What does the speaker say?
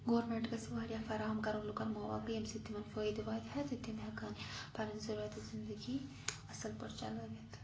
government گَژھِ واریاہ فرام کَرُن لُکَن مواقعہٕ ییٚمہِ سۭتۍ تِمَن فٲیدٕ واتہِ ہا تہٕ تِم ہٮ۪کَہن پَنٕنۍ ضوٚریاتہِ زندگی اَصٕل پٲٹھۍ چلٲوِتھ